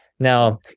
Now